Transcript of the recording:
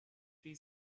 three